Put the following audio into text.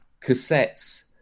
cassettes